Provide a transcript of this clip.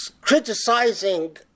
criticizing